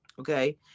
Okay